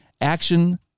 action